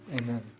amen